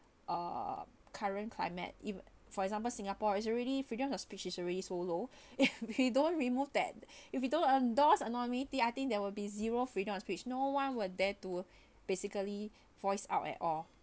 uh current climate if for example singapore is already freedoms of speech is already so low we don't remove that if you don't endorse anonymity I think that will be zero freedom of speech no one would dare to basically voice out at all